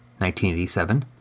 1987